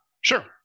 Sure